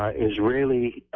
ah israeli,